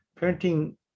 Parenting